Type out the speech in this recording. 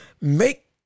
make